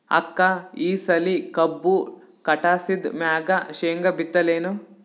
ಅಕ್ಕ ಈ ಸಲಿ ಕಬ್ಬು ಕಟಾಸಿದ್ ಮ್ಯಾಗ, ಶೇಂಗಾ ಬಿತ್ತಲೇನು?